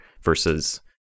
versus